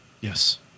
Yes